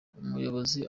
umuyobozi